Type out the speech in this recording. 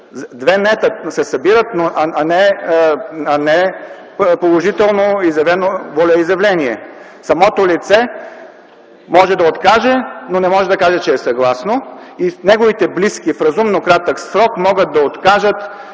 две „не”-та, а не положително волеизявление. Самото лице може да откаже, но не може да каже, че е съгласно и неговите близки в разумно кратък срок могат да откажат,